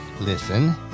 Listen